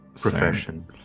profession